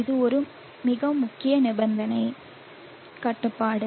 இது ஒரு மிக முக்கியமான நிபந்தனை கட்டுப்பாடு